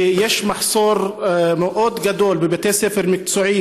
ויש מחסור מאוד גדול בבתי ספר מקצועיים